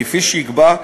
כפי שייקבע,